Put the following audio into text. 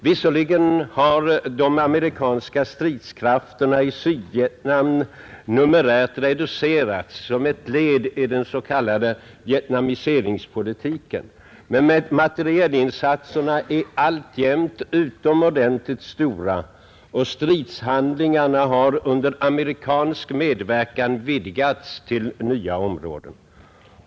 Visserligen har de amerikanska stridskrafterna i Sydvietnam numerärt reducerats som ett led i den s.k. vietnamiseringspoli 4 tiken. Men materielinsatserna är alltjämt utomordentligt stora och stridshandlingarna har under amerikansk medverkan vidgats till nya områden.